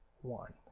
one